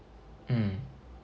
mm